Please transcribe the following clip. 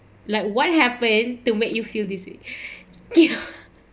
like what happened to make you feel dizzy ya